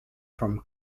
from